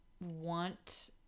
want